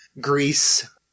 Greece